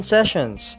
Sessions